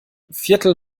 viertel